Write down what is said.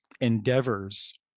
endeavors